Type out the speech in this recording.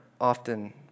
often